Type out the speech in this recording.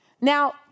Now